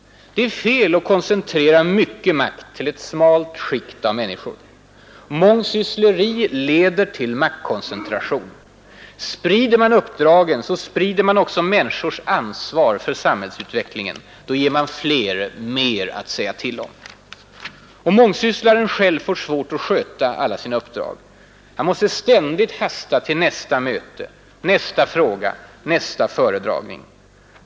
Det är fel att koncentrera mycket makt till ett smalt skikt av människor. Mångsyssleri leder till maktkoncentration, Sprider man uppdragen så sprider man också människors ansvar för samhällsutvecklingen, ger fler mer att säga till om. Mångsysslaren själv får svårt att sköta alla sina uppdrag. Han måste ständigt hasta till nästa möte, nästa fråga, nästa föredragning.